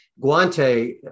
Guante